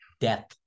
death